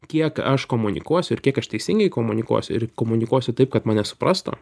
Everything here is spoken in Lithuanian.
kiek aš komunikuosiu ir kiek aš teisingai komunikuosiu ir komunikuosiu taip kad mane suprastų